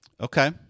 Okay